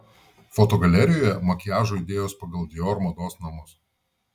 fotogalerijoje makiažo idėjos pagal dior mados namus